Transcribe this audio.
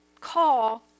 call